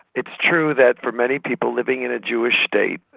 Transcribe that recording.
it's true that for many people living in a jewish state,